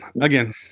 again